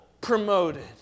promoted